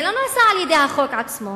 זה לא נעשה על-ידי החוק עצמו